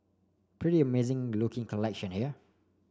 pretty amazing looking collection here